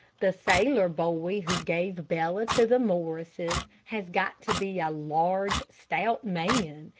the sailor boy who gave bella to the morrises has got to be a large, stout man,